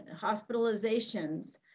hospitalizations